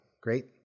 great